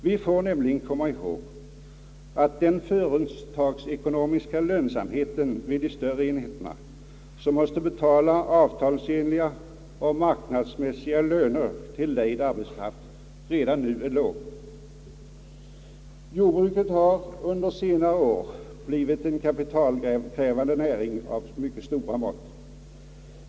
Vi får nämligen komma ihåg att den företagsekonomiska lönsamheten vid de större enheterna, som måste betala avtalsenliga och marknadsmässiga löner till lejd arbetskraft, redan nu är låg. Jordbruket har under senare år blivit en kapitalkrävande näring av mycket stora mått.